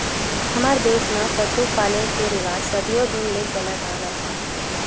हमर देस म पसु पाले के रिवाज सदियो दिन ले चलत आवत हे